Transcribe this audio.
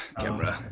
camera